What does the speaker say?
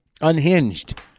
unhinged